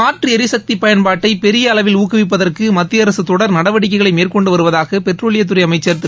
மாற்று ளிசக்தி பயன்பாட்டை பெரிய அளவில் ஊக்குவிப்பதற்கு மத்திய அரசு தொடர் நடவடிக்கைகளை மேற்கொண்டு வருவதாக பெட்ரோலியத்துறை அமைச்சர் திரு